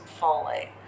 folate